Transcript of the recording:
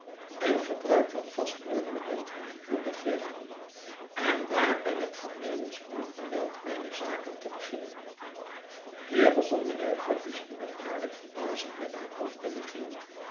en gebruik van vastmeublement in de huur begrepen en daar ben ik voornemens onverwijld mijne zaken te beginnen hier begon mijnheer guppy's moeder waarlijk verbazend met haar hoofd te wiegelen